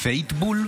פיינטבּוּל?